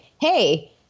hey